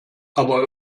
aber